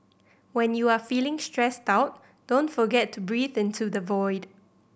when you are feeling stressed out don't forget to breathe into the void